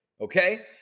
okay